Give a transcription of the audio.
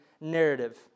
narrative